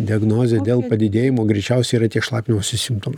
diagnozė dėl padidėjimo greičiausiai yra tie šlapinimosi simptomai